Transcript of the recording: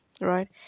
right